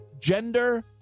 gender